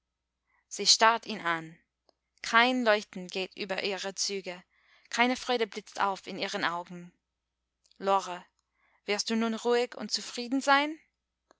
sie starrt ihn an kein leuchten geht über ihre züge keine freude blitzt auf in ihren augen lore wirst du nun ruhig und zufrieden sein